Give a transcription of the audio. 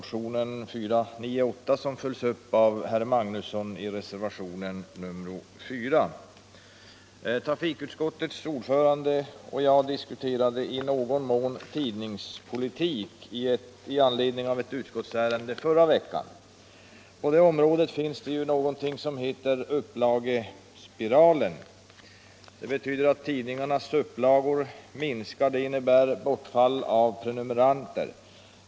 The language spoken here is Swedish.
Trafikutskottets ordförande och jag diskuterade i någon mån tidningspolitik i anledning av ett utskottsärende förra veckan. På det området finns det ju något som heter upplagespiralen. Denna innebär att tidningarnas upplagor minskar. vilket medför bortfall av prenumeranter.